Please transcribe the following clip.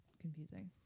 confusing